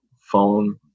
phone